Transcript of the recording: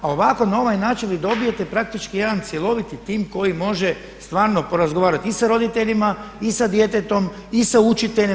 A ovako na ovaj način vi dobijete praktički jedan cjeloviti tim koji može stvarno porazgovarati i sa roditeljima i sa djetetom i sa učiteljem.